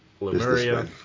Lemuria